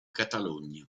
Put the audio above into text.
catalogna